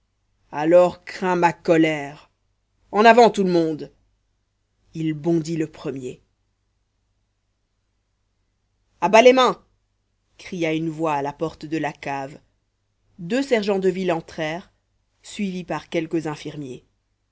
alors crains ma colère en avant tout le monde il bondit le premier à bas les mains cria une voix à la porte de la cave deux sergents de ville entrèrent suivis par quelques infirmiers